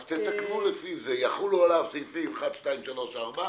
אז תתקנו - יחולו עליו סעיפים אלה ואלה,